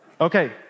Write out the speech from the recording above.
Okay